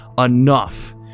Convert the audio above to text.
Enough